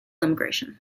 immigration